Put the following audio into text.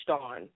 on